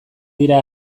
dira